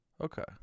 Okay